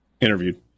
interviewed